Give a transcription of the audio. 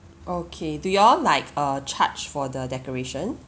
okay do you all like uh charge for the decoration